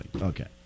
Okay